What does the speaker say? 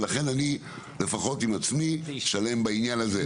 ולכן אני לפחות עם עצמי שלם בעניין הזה,